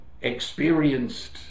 experienced